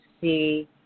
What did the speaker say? see